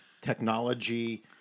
technology